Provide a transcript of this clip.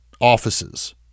offices